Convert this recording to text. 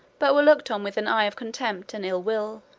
but were looked on with an eye of contempt and ill-will,